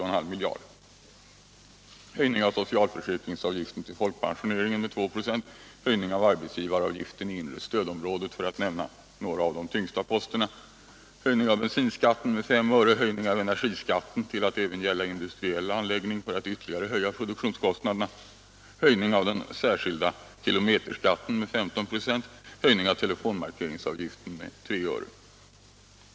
Det är fråga om höjning av socialförsäkringsavgiften till folkpensioneringen med 2 96 och höjning av arbetsgivaravgiften i det inre stödområdet, för att nämna några av de tyngsta posterna, höjning av bensinskatten med 5 öre, höjning av energiskatten till att även gälla industriell anläggning för att ytterligare höja produktionskostnaderna, höjning av den särskilda kilometerskatten med 15 96, höjning av telefon markeringsavgiften med 3 öre.